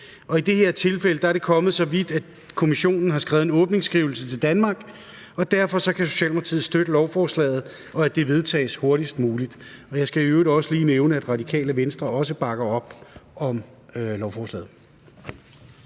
i det her tilfælde er det kommet så vidt, at Kommissionen har skrevet en åbningsskrivelse til Danmark. Derfor kan Socialdemokratiet støtte lovforslaget, og at det vedtages hurtigst muligt. Og jeg skal i øvrigt også lige nævne, at Radikale Venstre også bakker op om lovforslaget.